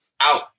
out